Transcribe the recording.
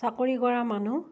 চাকৰি কৰা মানুহ